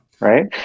Right